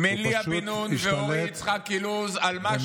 אני מבקש סליחה מליה בן נון ואורי יצחק אילוז על מה